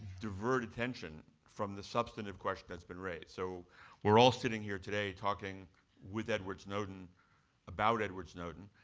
divert attention from the substantive question that's been raised, so we're all sitting here today talking with edward snowden about edward snowden.